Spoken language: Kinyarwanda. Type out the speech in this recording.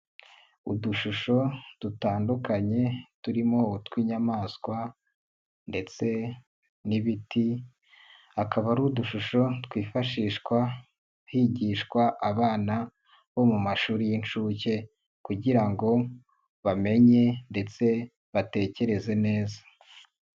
Udushusho dutandukanye turimo utw'inyamaswa ndetse n'ibiti, akaba ari udushusho twifashishwa higishwa abana bo mu mashuri y'inshuke kugira ngo bamenye ndetse batekereze neza.